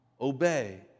obey